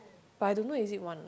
but I don't know is it one